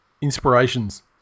inspirations